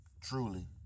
truly